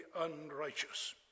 unrighteous